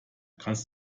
kannst